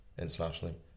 Internationally